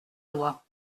loi